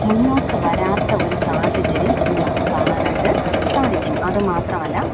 മുന്നോട്ട് വരാത്ത ഒരു സാഹചര്യം ഇന്ന് നമുക്ക് കാണാനായിട്ട് സാധിക്കും അതുമാത്രമല്ല